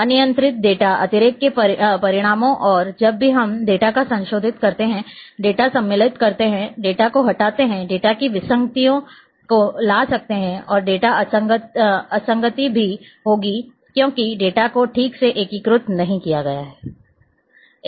अनियंत्रित डेटा अतिरेक के परिणाम और जब भी हम डेटा को संशोधित करते हैं डेटा सम्मिलित करते हैं डेटा को हटाते हैं डेटा में विसंगतियों को ला सकते हैं और डेटा असंगति भी होगी क्योंकि डेटा को ठीक से एकीकृत नहीं किया गया है